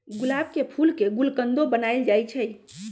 गुलाब के फूल के गुलकंदो बनाएल जाई छई